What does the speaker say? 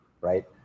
right